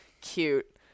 cute